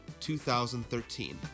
2013